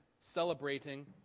celebrating